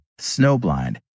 Snowblind